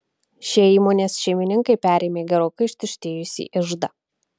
šie įmonės šeimininkai perėmė gerokai ištuštėjusį iždą